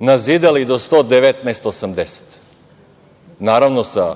nazidali do 119,80, naravno sa